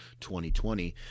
2020